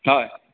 हय